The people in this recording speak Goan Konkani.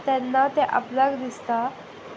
तेन्ना तें आपल्याक दिसता